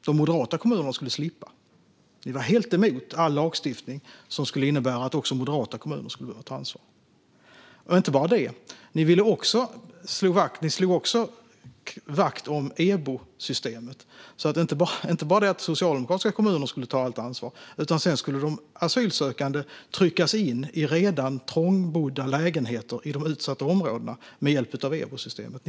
De moderata kommunerna skulle slippa. Ni var helt emot all lagstiftning som skulle innebära att också moderata kommuner skulle behöva ta ansvar. Men det var inte bara detta. Ni slog också vakt om EBO-systemet. Det var inte så att socialdemokratiska kommuner skulle ta allt ansvar, utan sedan skulle de asylsökande tryckas in i redan trångbodda lägenheter i de utsatta områdena med hjälp av EBO-systemet.